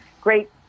great